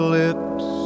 lips